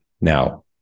now